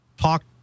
talk